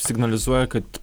signalizuoja kad